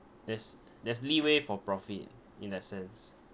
there's there's leeway for profit in that sense